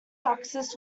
taxes